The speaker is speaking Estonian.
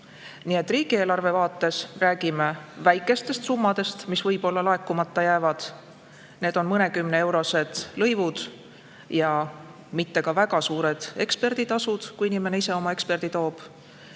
puuduta. Riigieelarve vaates räägime siin väikestest summadest, mis võib-olla laekumata jäävad. Need on mõnekümneeurosed lõivud ja mitte väga suured eksperditasud, kui inimene ise oma eksperdi toob.